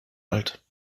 alt